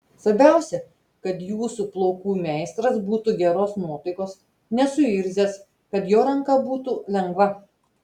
svarbiausia kad jūsų plaukų meistras būtų geros nuotaikos nesuirzęs kad jo ranka būtų lengva